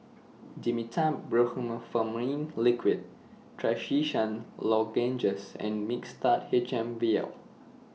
Dimetapp Brompheniramine Liquid Trachisan Lozenges and Mixtard H M Vial